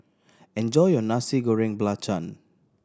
enjoy your Nasi Goreng Belacan